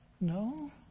No